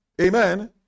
Amen